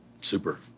Super